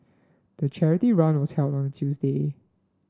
the charity run was held on a Tuesday